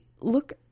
look